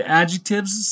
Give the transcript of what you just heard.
adjectives